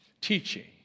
teaching